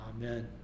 amen